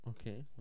Okay